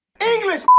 English